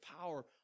power